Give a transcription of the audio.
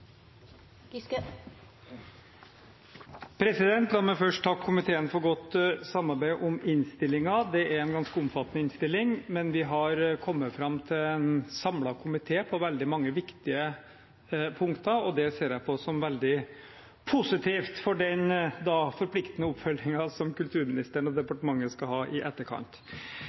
minutter. La meg først takke komiteen for godt samarbeid om innstillingen. Det er en ganske omfattende innstilling, men vi har kommet fram til en samlet komitéinnstilling på veldig mange viktige punkter, og det ser jeg på som veldig positivt for den forpliktende oppfølgingen som kulturministeren og departementet skal ha i etterkant.